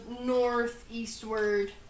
northeastward